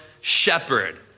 shepherd